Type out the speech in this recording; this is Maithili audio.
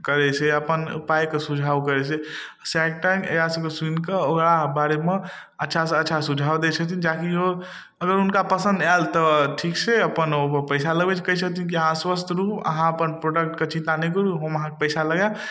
करय छै अपन उपायके सुझाव करय छै शार्क टैंक इएह सबके सुनि कऽ ओकरा बारेमे अच्छासँ अच्छा सुझाव दै छथिन ताकि लोग अगर हुनका पसन्द आयल तऽ ठीक छै अपन ओ पैसा लेबय कहय छथिन की अहाँ आश्वस्त रहू अहाँ अपन प्रोडक्टके चिन्ता नहि करू हम अहाँके पैसा लगायब